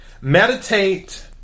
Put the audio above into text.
meditate